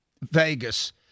Vegas